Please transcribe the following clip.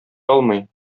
алмый